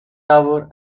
tower